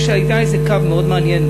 היה איזה קו מאוד מעניין,